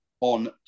on